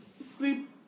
sleep